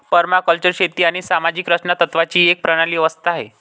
permaculture शेती आणि सामाजिक रचना तत्त्वांची एक प्रणाली व्यवस्था आहे